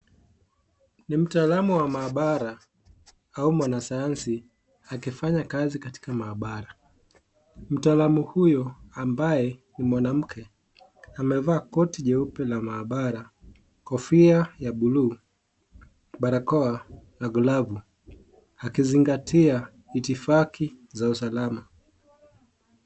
Ni mtaalam wa maabala au mwanasayansi akifanya kazi katika maabala. Mtaalam huyu ambaye ni mwanamke amevaa koti jeupe la maabala, kofia ya buluu, barakoa na glovu akizingatia litifaki za usalama.